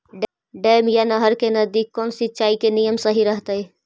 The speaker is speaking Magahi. डैम या नहर के नजदीक कौन सिंचाई के नियम सही रहतैय?